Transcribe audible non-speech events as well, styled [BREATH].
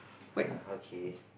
[BREATH] okay